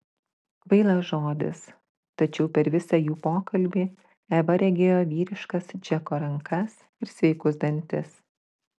kvailas žodis tačiau per visą jų pokalbį eva regėjo vyriškas džeko rankas ir sveikus dantis